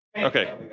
Okay